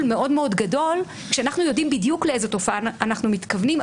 מאוד מאוד גדול כשאנחנו יודעים בדיוק לאיזה תופעה אנחנו מתכוונים,